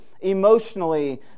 emotionally